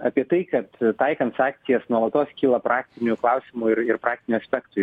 apie tai kad taikant sakcijas nuolatos kyla praktinių klausimų ir ir praktinių aspektų